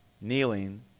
kneeling